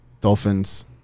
Dolphins